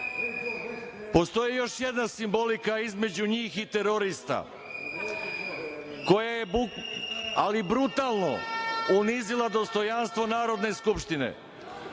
još jedna simbolika između njih i terorista koja je brutalno unizila dostojanstvo Narodne skupštine.